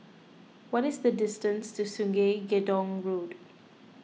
what is the distance to Sungei Gedong Road